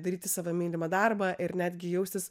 daryti savo mylimą darbą ir netgi jaustis